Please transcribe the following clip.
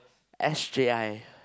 S_J_I